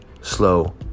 slow